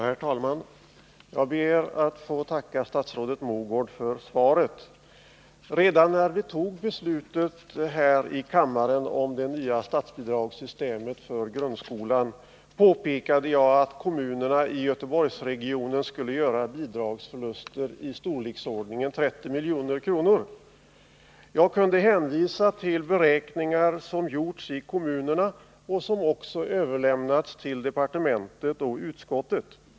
Herr talman! Jag ber att få tacka statsrådet Mogård för svaret. Redan när vi fattade beslutet här i kammaren om det nya statsbidragssystemet för grundskolan påpekade jag att kommunerna i Göteborgsregionen skulle komma att göra bidragsförluster i storleksordningen 30 milj.kr. Jag kunde hänvisa till beräkningar som gjorts i kommunerna och som också överlämnats till departementet och utskottet.